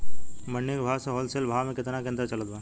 मंडी के भाव से होलसेल भाव मे केतना के अंतर चलत बा?